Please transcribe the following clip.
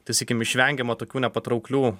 tai sakykim išvengiama tokių nepatrauklių